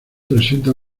presenta